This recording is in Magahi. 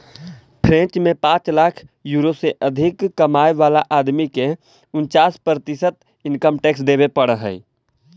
फ्रेंच में पाँच लाख यूरो से अधिक कमाय वाला आदमी के उन्चास प्रतिशत इनकम टैक्स देवे पड़ऽ हई